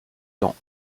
temps